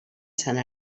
sant